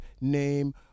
name